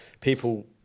people